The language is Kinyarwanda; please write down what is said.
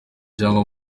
cyangwa